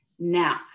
Now